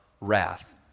wrath